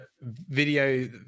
video